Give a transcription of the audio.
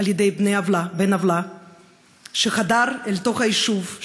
על-ידי בן-עוולה שחדר אל תוך היישוב,